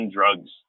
Drugs